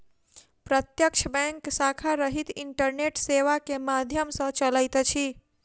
प्रत्यक्ष बैंक शाखा रहित इंटरनेट सेवा के माध्यम सॅ चलैत अछि